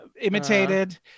imitated